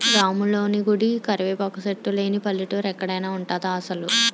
రాములోని గుడి, కరివేపాకు సెట్టు లేని పల్లెటూరు ఎక్కడైన ఉంటదా అసలు?